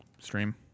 stream